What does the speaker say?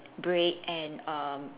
bread and erm